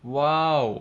!wow!